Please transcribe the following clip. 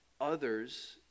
others